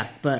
Akbar